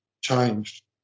changed